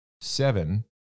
seven